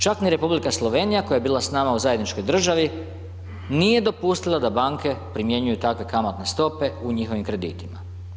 Čak ni Republika Slovenija koja je bila s nama u zajedničkoj državi nije dopustila da banke primjenjuju takve kamatne stope u njihovim kreditima.